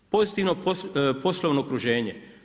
Pozitivno poslovno okruženje.